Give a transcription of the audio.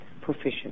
proficient